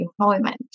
employment